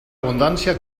abundància